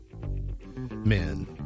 men